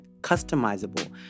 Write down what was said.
customizable